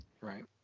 Right